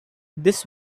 this